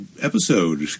episode